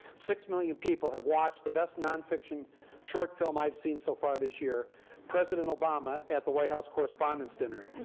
six million people have watched the best nonfiction short film i've seen so far this year president obama at the white house correspondents dinner.